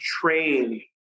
train